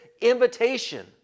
invitation